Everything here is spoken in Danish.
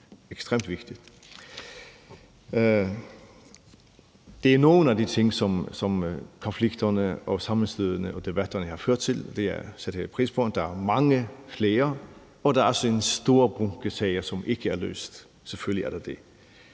ekstremt vigtigt. Det er nogle af de ting, som konflikterne, sammenstødene og debatterne har ført til, og det sætter jeg pris på. Der er mange flere, og der er også en stor bunke sager, som ikke er løst; selvfølgelig er der det.